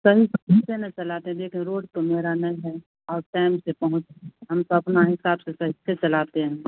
सही से धीरे ना चलाते हैं देखिए रोड तो मेरा नहीं है और टाइम से पहुँच हम तो अपना हिसाब से बेस्टे चलाते हैं